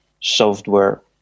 software